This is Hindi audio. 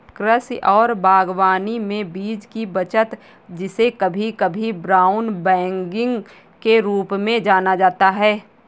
कृषि और बागवानी में बीज की बचत जिसे कभी कभी ब्राउन बैगिंग के रूप में जाना जाता है